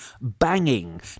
banging